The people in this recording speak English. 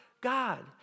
God